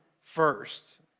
first